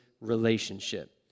relationship